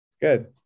Good